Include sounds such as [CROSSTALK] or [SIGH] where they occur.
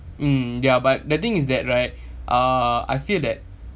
mm yeah but the thing is that right [BREATH] uh I feel that